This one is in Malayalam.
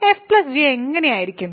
f g എങ്ങനെയായിരിക്കും